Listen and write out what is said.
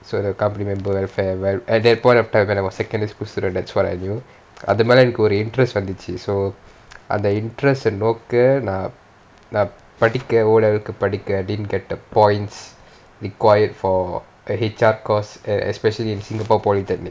so the company member welfare at that point of time when I was secondary school student that's what I knew அது மேல ஒரு:athu mela oru interests வந்துச்சி:vanthuchi so அந்த:antha interest and நோக்க நான் நான் படிக்க:nokka naan naan padikka oh படிக்க:padika I didn't get the points required for H_R course especially in singapore polytechnic